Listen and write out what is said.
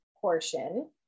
portion